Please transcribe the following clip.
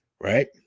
Right